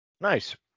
Nice